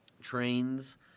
trains